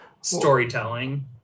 storytelling